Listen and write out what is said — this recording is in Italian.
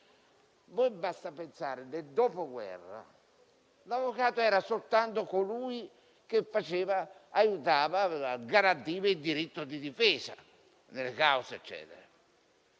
basti pensare che nel Dopoguerra l'avvocato era soltanto colui che aiutava a garantire il diritto di difesa nelle cause.